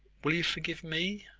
will you forgive me?